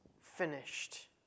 finished